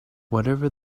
whatever